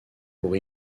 pour